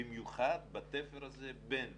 במיוחד בתפר הזה בין